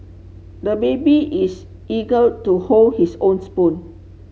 the baby is eager to hold his own spoon